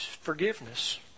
forgiveness